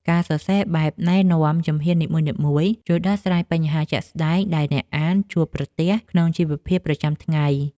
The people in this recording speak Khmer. ការសរសេរបែបណែនាំជំហាននីមួយៗ ជួយដោះស្រាយបញ្ហាជាក់ស្តែងដែលអ្នកអានជួបប្រទះក្នុងជីវភាពប្រចាំថ្ងៃ។